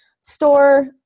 store